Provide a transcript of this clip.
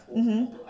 mmhmm